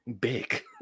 big